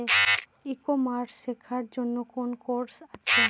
ই commerce শেক্ষার জন্য কোন কোর্স আছে?